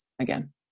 again